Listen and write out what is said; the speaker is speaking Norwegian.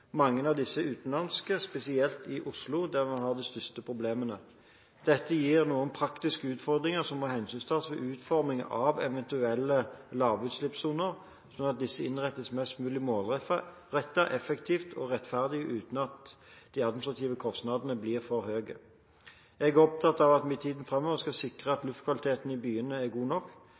Mange av disse er utenlandske, spesielt i Oslo, der man har de største problemene. Dette gir noen praktiske utfordringer som må hensyntas ved utformingen av eventuelle lavutslippssoner, sånn at disse innrettes mest mulig målrettet, effektivt og rettferdig, og uten at de administrative kostnadene blir for høye. Jeg er opptatt av at vi i tiden framover skal sikre at luftkvaliteten i byene er god nok.